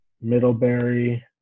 Middlebury